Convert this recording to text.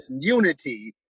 unity